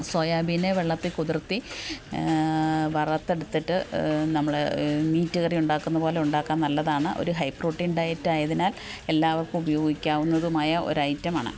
സോയാബീനെ വെള്ളത്തിൽ കുതർത്ത് വറുത്തെടുത്തിട്ട് നമ്മൾ മീറ്റ് കറി ഉണ്ടാക്കുന്നതുപോലെ ഉണ്ടാക്കാൻ നല്ലതാണ് ഒരു ഹൈ പ്രോട്ടീൻ ഡയറ്റായതിനാൽ എല്ലാവർക്കും ഉപയോഗിക്കാവുന്നതുമായ ഒരു ഐറ്റമാണ്